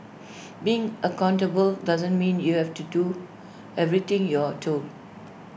being accountable doesn't mean you have to do everything you're told